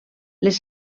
les